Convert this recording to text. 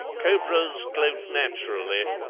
cobras gloat naturally,